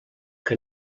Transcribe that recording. que